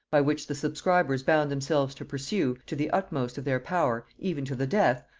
by which the subscribers bound themselves to pursue, to the utmost of their power, even to the death,